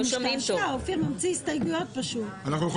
לא, הוא משתעשע, אופיר ממציא הסתייגויות פשוט.